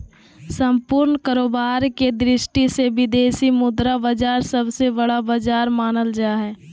सम्पूर्ण कारोबार के दृष्टि से विदेशी मुद्रा बाजार सबसे बड़ा बाजार मानल जा हय